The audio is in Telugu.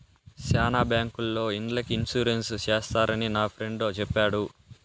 శ్యానా బ్యాంకుల్లో ఇండ్లకి ఇన్సూరెన్స్ చేస్తారని నా ఫ్రెండు చెప్పాడు